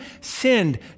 sinned